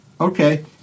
Okay